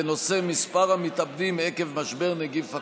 בנושא מספר המתאבדים עקב משבר נגיף הקורונה.